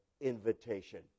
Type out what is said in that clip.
invitation